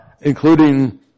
including